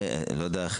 ידנו.